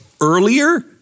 earlier